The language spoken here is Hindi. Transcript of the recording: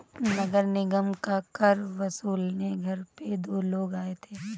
नगर निगम का कर वसूलने घर पे दो लोग आए थे